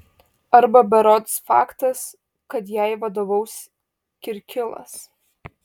arba berods faktas kad jai vadovaus kirkilas